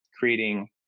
Creating